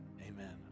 amen